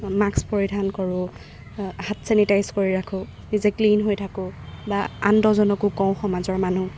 mask পৰিধান কৰোঁ হাত চেনিটাইজ কৰি ৰাখোঁ নিজে ক্লিন হৈ থাকোঁ বা আন দহজনকো কওঁ সমাজৰ মানুহ